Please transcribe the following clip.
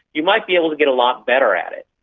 you might be able to get a lot better at it,